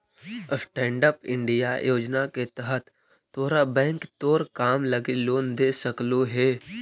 stand up India योजना के तहत तोरा बैंक तोर काम लागी लोन दे सकलो हे